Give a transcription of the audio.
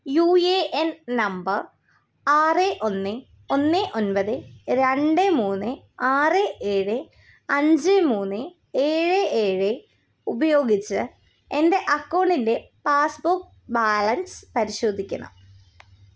U A N number ആറ് ഒന്ന് ഒന്ന് ഒൻപത് രണ്ട് മൂന്ന് ആറ് എഴ് അഞ്ച് മൂന്ന് ഏഴ് ഏഴ് ഉപയോഗിച്ച് എൻ്റെ അക്കൗണ്ടിൻ്റെ പാസ്ബുക്ക് ബാലൻസ് പരിശോധിക്കണം